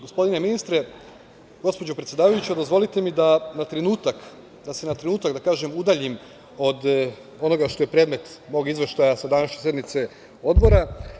Gospodine ministre, gospođo predsedavajuća, dozvolite mi da se na trenutak udaljim od onoga što je predmet mog izveštaja sa današnje sednice Odbora.